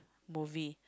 movie